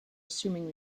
assuming